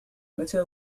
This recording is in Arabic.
متى